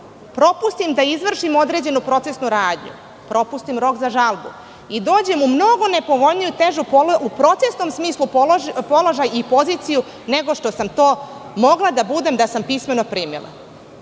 propustim da izvršim određenu procesnu radnju, propustim rok za žalbu i dođem u mnogo nepovoljniji, u procesnom smislu, položaj i poziciju nego što sam to mogla da budem, da sam pismeno primila. Ovde